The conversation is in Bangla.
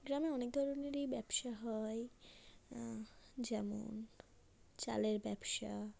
গ্রামে অনেক ধরনেরই ব্যবসা হয় যেমন চালের ব্যবসা